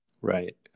right